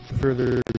further